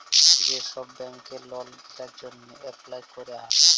যে ছব ব্যাংকে লল গিলার জ্যনহে এপ্লায় ক্যরা যায়